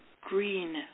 green